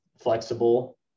flexible